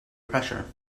pressure